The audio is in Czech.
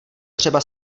třeba